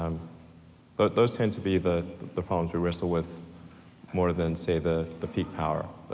um but those tend to be the the problems we wrestle with more than, say, the the peak power.